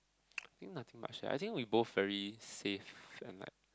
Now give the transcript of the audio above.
I think nothing much I think we both very safe and like